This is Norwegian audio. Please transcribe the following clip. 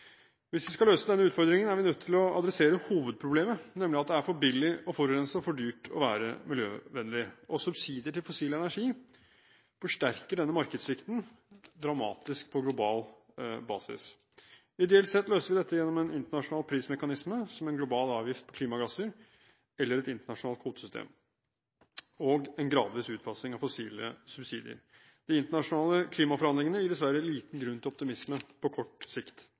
Hvis vi skal løse denne utfordringen, er vi nødt til å adressere hovedproblemet, nemlig at det er for billig å forurense og for dyrt å være miljøvennlig. Subsidier til fossil energi forsterker denne markedssvikten dramatisk på global basis. Ideelt sett løser vi dette gjennom en internasjonal prismekanisme som en global avgift på klimagasser, eller et internasjonalt kvotesystem og en gradvis utfasing av fossile subsidier. De internasjonale klimaforhandlingene gir dessverre liten grunn til optimisme på kort sikt.